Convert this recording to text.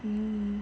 hmm